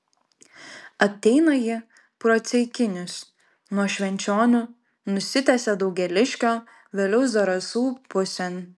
ateina ji pro ceikinius nuo švenčionių nusitęsia daugėliškio vėliau zarasų pusėn